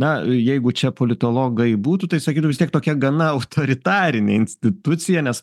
na jeigu čia politologai būtų tai sakytų vis tiek tokia gana autoritarinė institucija nes